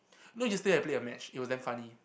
you know yesterday I played a match it was damn funny